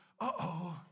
uh-oh